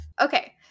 okay